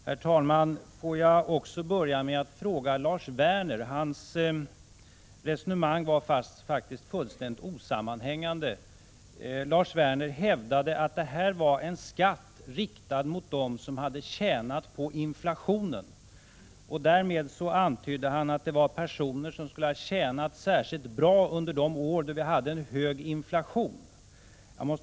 Herr talman! Jag vill börja med att ställa en fråga till Lars Werner, vars resonemang var fullständigt osammanhängande. Lars Werner hävdade att detta var en skatt riktad mot dem som hade tjänat på inflationen, och därmed antydde han att det var personer som skulle ha tjänat särskilt bra under de år då inflationen var hög.